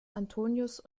antonius